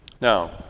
Now